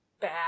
bad